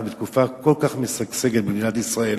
אנחנו בתקופה כל כך משגשגת במדינת ישראל,